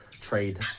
trade